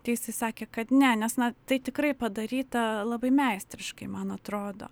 tai jisai sakė kad ne nes na tai tikrai padaryta labai meistriškai man atrodo